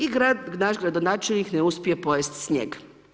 I grad, naš gradonačelnik ne uspije pojest snijeg.